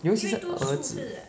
尤其是儿子